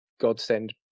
godsend